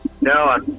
No